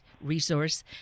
resource